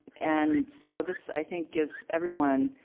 and so this i think it's everyone